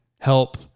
help